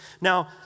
Now